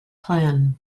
clan